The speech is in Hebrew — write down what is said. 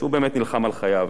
שהוא באמת נלחם על חייו.